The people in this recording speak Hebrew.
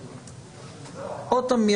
פעם,